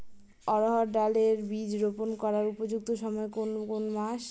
অড়হড় ডাল এর বীজ রোপন করার উপযুক্ত সময় কোন কোন মাস?